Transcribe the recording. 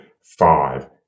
five